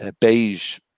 beige